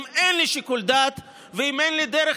אם אין לי שיקול דעת ואם אין לי דרך